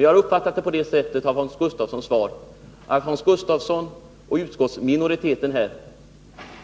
Jag har uppfattat Hans Gustafssons svar så att Hans Gustafsson och utskottsminoriteten